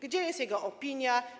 Gdzie jest jego opinia?